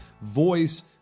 voice